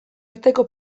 arteko